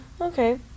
Okay